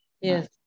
Yes